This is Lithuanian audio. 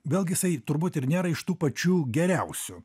vėlgi jisai turbūt ir nėra iš tų pačių geriausių